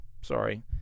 Sorry